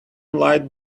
light